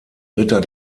ritter